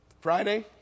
friday